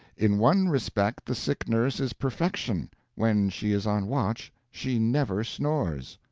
in one respect the sick-nurse is perfection when she is on watch, she never snores.